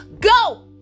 Go